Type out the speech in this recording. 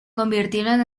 convirtieron